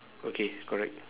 okay correct